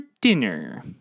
dinner